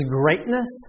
greatness